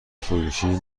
فروشی